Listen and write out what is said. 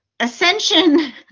ascension